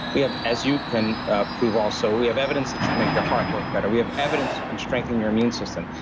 we have, as you can ah prove also. we have evidence that you could make your heart work better. we have evidence you can strengthen your immune system.